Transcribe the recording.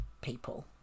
people